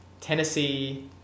Tennessee